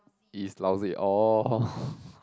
it's lousy oh